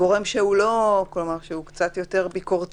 עדיף גורם שהוא קצת יותר ביקורתי,